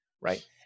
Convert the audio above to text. Right